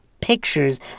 pictures